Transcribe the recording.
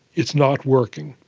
it's not working,